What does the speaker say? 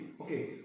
okay